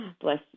bless